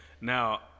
Now